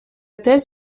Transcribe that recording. thèse